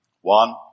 One